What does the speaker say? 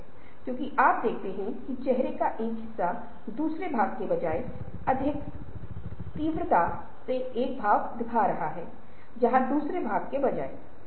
क्योंकि अगर IIT Kharagpur ERP को लागू करता है तो हर बार ईआरपी में नए मॉडल नए मॉड्यूल पेश करने की क्षमता होनी चाहिए